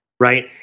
Right